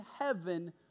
heaven